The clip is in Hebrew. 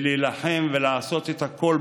להילחם ולעשות הכול,